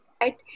right